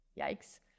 Yikes